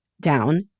down